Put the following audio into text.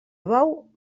bou